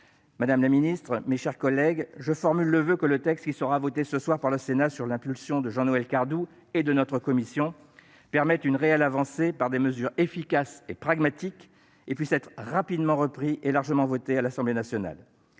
madame la secrétaire d'État, mes chers collègues, je formule le voeu que le texte qui sera voté ce soir par le Sénat, sous l'impulsion de Jean-Noël Cardoux et de notre commission, permette une réelle avancée, par des mesures efficaces et pragmatiques, et puisse être rapidement repris et largement voté à l'Assemblée nationale.